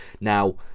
Now